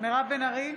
מירב בן ארי,